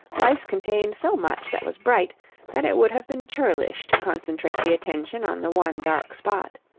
life contained so much that was bright that it would have been churlish to concentrate the attention on the one dark spot.